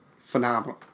phenomenal